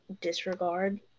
disregard